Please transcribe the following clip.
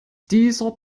dieser